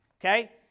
okay